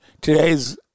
Today's